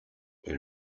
elle